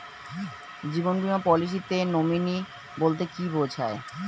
জীবন বীমা পলিসিতে নমিনি বলতে কি বুঝায়?